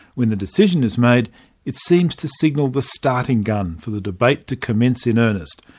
when the decision is made it seems to signal the starting gun for the debate to commence in earnest,